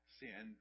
sin